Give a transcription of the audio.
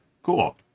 cool